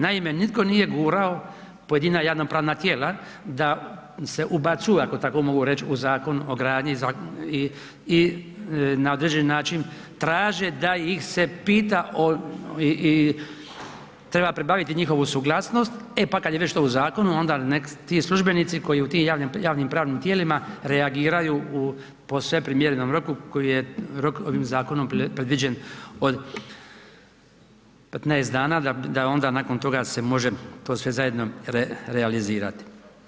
Naime, nitko nije gurao pojedina javnopravna tijela da se ubacuju, ako tako mogu reć, u Zakon o gradnji i na određeni način traže da ih se pita o i treba pribaviti njihovu suglasnost, e pa kad je već to u zakonu, onda nek ti službenici koji u tim javnim pravnim tijelima reagiraju u posve primjerenom roku koji je rok ovim zakonom predviđen od 15 dana da onda nakon toga se može to sve zajedno realizirati.